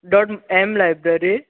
dot M library